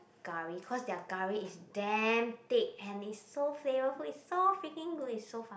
curry cause their curry is damn thick and it's so flavourful it's so freaking good it's so